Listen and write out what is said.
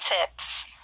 tips